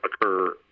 occur